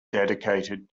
dedicated